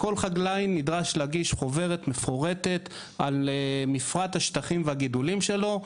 כל חקלאי נדרש להגיש חוברת מפורטת על מפרט השטחים והגידולים שלו.